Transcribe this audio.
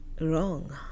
wrong